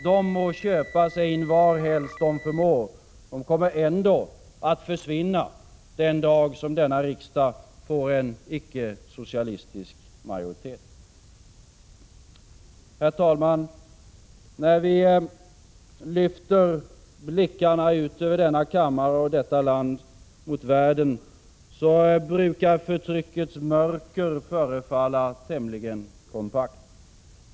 De må köpa sig in varhelst de förmår — de kommer ändå att försvinna den dag denna riksdag får en icke-socialistisk majoritet. Herr talman! När vi lyfter blickarna ut över denna kammare och detta land mot omvärlden så brukar förtryckets mörker förefalla tämligen kompakt.